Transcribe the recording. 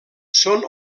són